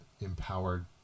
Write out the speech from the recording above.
empowered